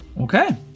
Okay